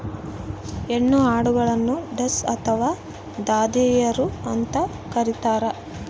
ಹೆಣ್ಣು ಆಡುಗಳನ್ನು ಡಸ್ ಅಥವಾ ದಾದಿಯರು ಅಂತ ಕರೀತಾರ